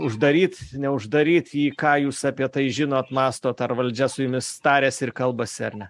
uždaryt neuždaryt į ką jūs apie tai žinot mąstot ar valdžia su jumis tariasi ir kalbasi ar ne